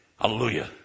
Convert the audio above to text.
Hallelujah